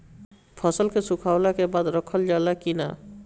फसल के सुखावला के बाद रखल जाला कि न?